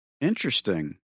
Interesting